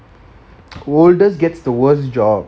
oldest gets the worst job